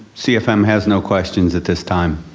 cfm has no questions at this time.